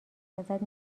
ازت